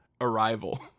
Arrival